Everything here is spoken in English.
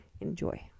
Enjoy